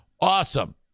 Awesome